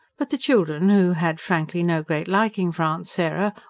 but the children, who had frankly no great liking for aunt sarah,